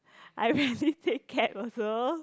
I rarely take cab also